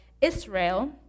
Israel